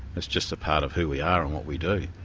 it's just a part of who we are and what we do.